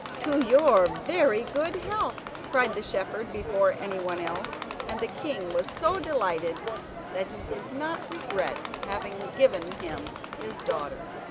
to your very good health cried the shepherd before anyone else, and the king was so delighted that he did not regret having given him his daughter.